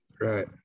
right